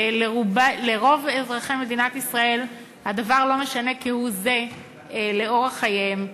ולרוב אזרחי מדינת ישראל הדבר לא משנה כהוא-זה לאורח חייהם,